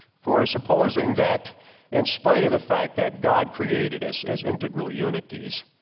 for supposing that in spite of the fact that god created us as integral unities,